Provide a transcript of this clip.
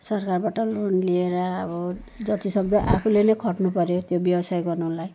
सरकारबाट लोन लिएर अब जति सक्दो आफूले नै खट्नु पर्यो त्यो व्यवसाय गर्नलाई